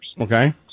Okay